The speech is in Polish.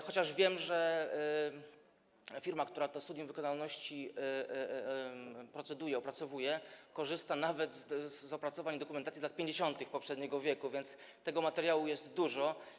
Chociaż wiem, że firma, która nad tym studium wykonalności proceduje, która opracowuje je, korzysta nawet z opracowań i dokumentacji z lat 50. poprzedniego wieku, więc tego materiału jest dużo.